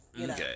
Okay